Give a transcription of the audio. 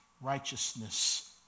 righteousness